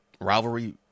rivalry